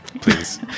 Please